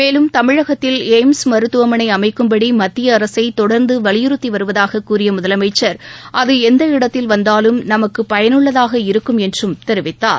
மேலும் தமிழகத்தில் எய்ம்ஸ் மருத்துவமனை அமைக்கும்படி மத்திய அரசை தொடர்ந்து வலியுறுத்தி வருவதாக கூறிய முதலமைச்சர் அது எந்த இடத்தில் வந்தாலும் நமக்கு பயனுள்ளதாக இருக்கும் என்றும் தெரிவித்தார்